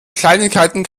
kleinigkeiten